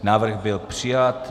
Návrh byl přijat.